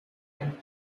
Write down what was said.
and